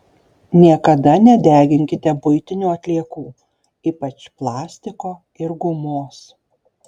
niekada nedeginkite buitinių atliekų ypač plastiko ir gumos